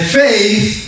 faith